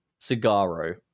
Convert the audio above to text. Cigaro